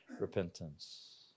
repentance